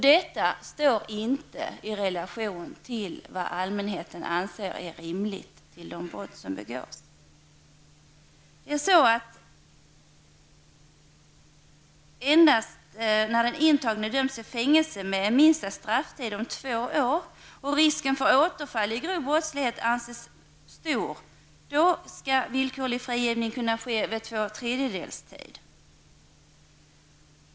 Detta står inte i överensstämmelse med vad allmänheten anser vara rimligt för de brott som begås. Endast när den intagne döms till fängelse med en minsta strafftid om två år och risken för återfall i grov brottslighet anses stor skall villkorlig frigivning kunna ske efter två tredjedelar av tiden.